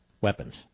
weapons